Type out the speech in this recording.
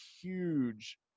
huge